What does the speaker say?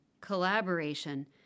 collaboration